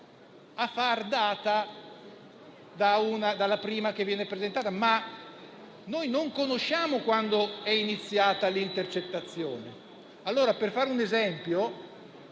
a far data dalla prima che viene presentata, ma noi non sappiamo quando è iniziata l'intercettazione. Per fare un esempio,